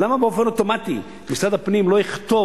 למה באופן אוטומטי משרד הפנים לא יכתוב